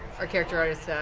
our character artist